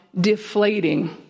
deflating